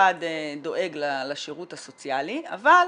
שהמשרד דואג לשירות הסוציאלי, אבל